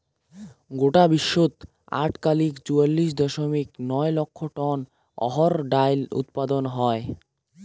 গোটায় বিশ্বত আটকালিক চুয়াল্লিশ দশমিক নয় লাখ টন অহর ডাইল উৎপাদন হয়